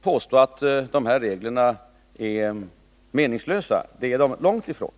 påstå att dessa regler är meningslösa. Det är de långt ifrån.